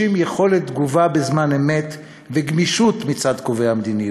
יכולת תגובה בזמן אמת וגמישות מצד קובעי המדיניות.